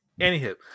Anywho